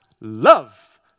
love